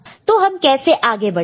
तो हम कैसे आगे बढ़ेंगे